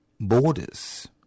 borders